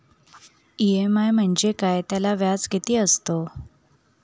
EMI म्हणजे काय? त्याला व्याज किती असतो?